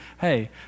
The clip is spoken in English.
hey